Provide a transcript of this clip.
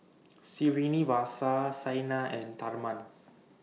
Srinivasa Saina and Tharman